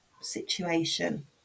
situation